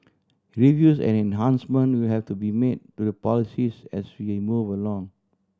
reviews and enhancements will have to be made to the policies as we move along